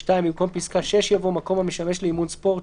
(2) במקום פסקה (6) יבוא: "(6) מקום המשמש לאימון ספורט,